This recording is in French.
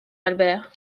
albert